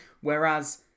Whereas